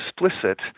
explicit